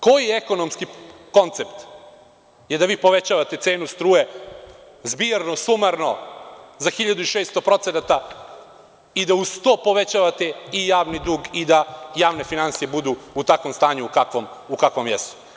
Koji ekonomski koncept je da vi povećavate cenu struje, zbirno, sumarno, za 1600 procenata i da uz to povećavate javni dug i da javne finansije budu u takvom stanju u kakvom jesu?